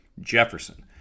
Jefferson